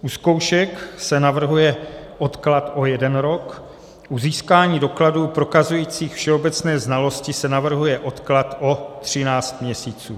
U zkoušek se navrhuje odklad o jeden rok, u získání dokladů prokazujících všeobecné znalosti se navrhuje odklad o 13 měsíců.